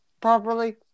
properly